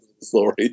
Sorry